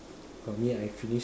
for me I finish